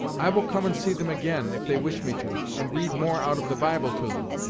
i will come and see them again, if they wish me to, and read more out of the bible to them,